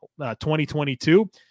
2022